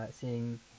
seeing